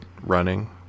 running